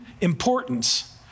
importance